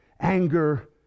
anger